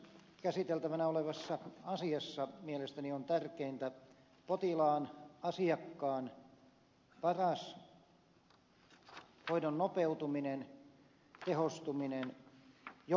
käsiteltävänä olevassa asiassa mielestäni on tärkeintä potilaan asiakkaan paras hoidon nopeutuminen tehostuminen joustavuus